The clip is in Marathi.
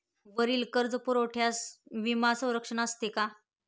वरील कर्जपुरवठ्यास विमा संरक्षण असते का?